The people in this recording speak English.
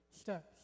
steps